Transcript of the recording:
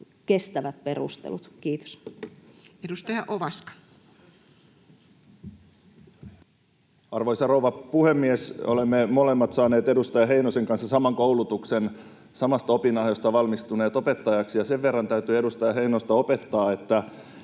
vuodelle 2024 Time: 11:08 Content: Arvoisa rouva puhemies! Olemme molemmat saaneet edustaja Heinosen kanssa saman koulutuksen, samasta opinahjosta valmistuneet opettajaksi. Sen verran täytyy edustaja Heinosta opettaa, että